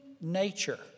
nature